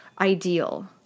ideal